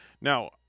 Now